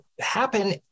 happen